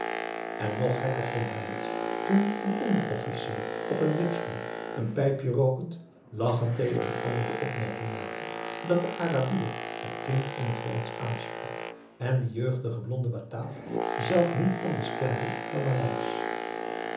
en nog gekker vond hij het toen een onderofficier op n wipstoel een pijpje rookend lachend tegen een ander de opmerking maakte dat de arabier het kind in t hollandsch aansprak en die jeugdige blonde bataaf zelf niet anders kende dan